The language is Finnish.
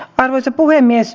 arvoisa puhemies